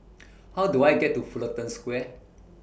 How Do I get to Fullerton Square